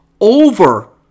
over